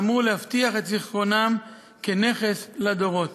האמור להבטיח את זיכרונם כנכס לדורות.